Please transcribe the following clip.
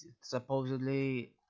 supposedly